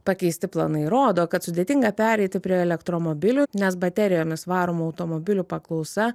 pakeisti planai rodo kad sudėtinga pereiti prie elektromobilių nes baterijomis varomų automobilių paklausa